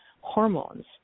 hormones